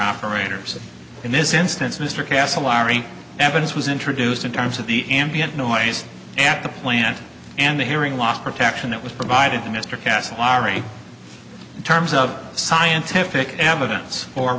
operators in this instance mr castle ari evidence was introduced in terms of the ambient noise at the plant and the hearing loss protection that was provided to mr cassatt laurie in terms of scientific evidence or